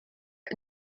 and